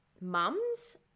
mums